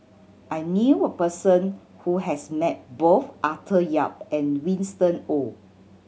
I knew a person who has met both Arthur Yap and Winston Oh